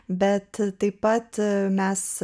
bet taip pat mes